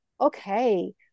Okay